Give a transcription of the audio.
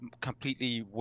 completely